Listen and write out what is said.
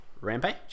Rampage